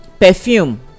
perfume